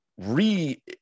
re